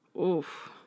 Oof